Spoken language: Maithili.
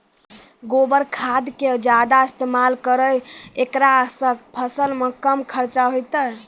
गोबर खाद के ज्यादा इस्तेमाल करौ ऐकरा से फसल मे कम खर्च होईतै?